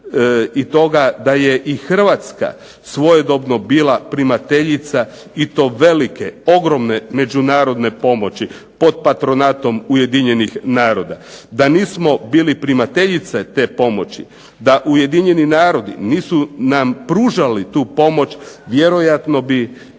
svjestan da je i Hrvatska svojedobno bila primateljica i to ogromne međunarodne pomoći, pod patronatom Ujedinjenih naroda. Da nismo bili primateljice te pomoći, da Ujedinjeni narodi nisu nam pružali tu pomoć, vjerojatno bi